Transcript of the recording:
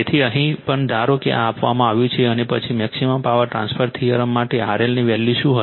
તેથી અહીં પણ ધારો કે આ આપવામાં આવ્યું છે અને પછી મેક્સિમમ પાવર ટ્રાન્સફર થિયરમ માટે RL ની વેલ્યુ શું હશે